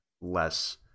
less